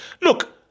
Look